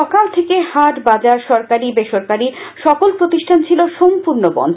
সকাল থেকে হাট বাজার সরকারি বেসরকারি সকল প্রতিষ্ঠান ছিল সম্পূর্ণ বন্ধ